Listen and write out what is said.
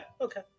okay